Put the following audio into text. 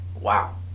Wow